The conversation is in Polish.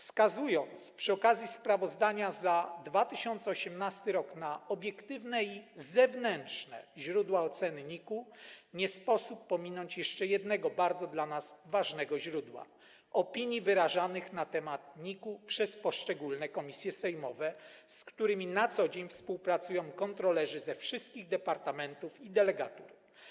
Wskazując przy okazji sprawozdania za 2018 r. na obiektywne i zewnętrzne źródła oceny NIK-u, nie sposób pominąć jeszcze jednego bardzo dla nas ważnego źródła: opinii wyrażanych na temat NIK przez poszczególne komisje sejmowe, z którymi na co dzień współpracują kontrolerzy ze wszystkich departamentów i delegatur.